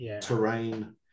terrain